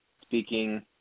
speaking